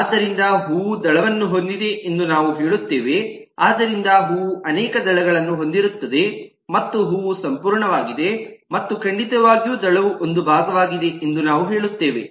ಆದ್ದರಿಂದ ಹೂವು ದಳವನ್ನು ಹೊಂದಿದೆ ಎಂದು ನಾವು ಹೇಳುತ್ತೇವೆ ಆದ್ದರಿಂದ ಹೂವು ಅನೇಕ ದಳಗಳನ್ನು ಹೊಂದಿರುತ್ತದೆ ಮತ್ತು ಹೂವು ಸಂಪೂರ್ಣವಾಗಿದೆ ಮತ್ತು ಖಂಡಿತವಾಗಿಯೂ ದಳವು ಒಂದು ಭಾಗವಾಗಿದೆ ಎಂದು ನಾವು ಹೇಳುತ್ತೇವೆ